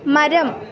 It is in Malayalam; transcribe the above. മരം